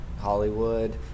Hollywood